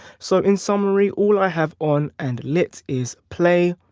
so in summary all i have on and lit is play,